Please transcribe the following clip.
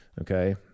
Okay